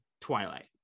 Twilight